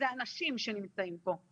אלה אנשים שנמצאים פה.